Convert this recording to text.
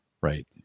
Right